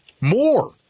more